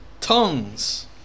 Tongues